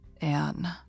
Anne